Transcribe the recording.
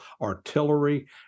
artillery